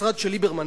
המשרד של ליברמן,